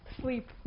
sleep